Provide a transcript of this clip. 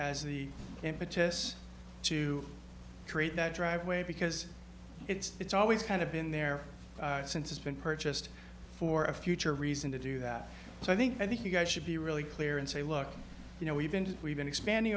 as the impetus to create that driveway because it's always kind of been there since it's been purchased for a future reason to do that so i think that you guys should be really clear and say look you know we've been we've been expanding